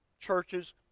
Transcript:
churches